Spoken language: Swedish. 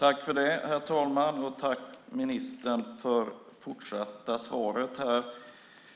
Herr talman! Tack, ministern, för det fortsatta svaret.